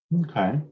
okay